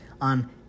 on